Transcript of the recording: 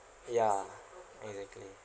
ya exactly